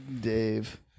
Dave